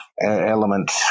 element